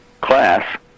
class